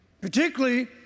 particularly